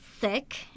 sick